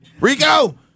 Rico